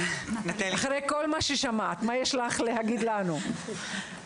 נטלי, מה יש לך להגיד לנו אחרי כל מה ששמעת?